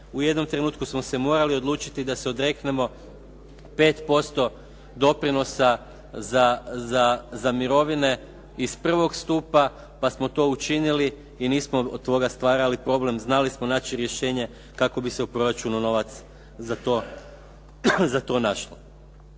u jednom trenutku smo se morali odlučiti da se odreknemo 5% doprinosa za mirovine iz prvog stupa pa smo to učinili i nismo od toga stvarali problem. Znali smo naći rješenje kako bi se u proračunu novac za to našao.